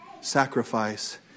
sacrifice